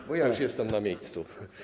Tak, bo ja już jestem na miejscu.